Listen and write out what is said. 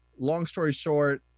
long story short,